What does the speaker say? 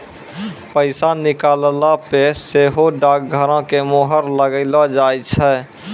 पैसा निकालला पे सेहो डाकघरो के मुहर लगैलो जाय छै